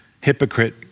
hypocrite